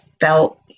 felt